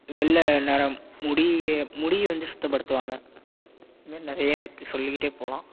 வெள்ளை நரம் முடி முடி வந்து சுத்தப்படுத்துவாங்க இது மாரி நிறைய இருக்கு சொல்லிக்கிட்டே போகலாம்